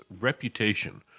reputation